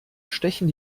stechen